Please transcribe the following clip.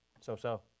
so-so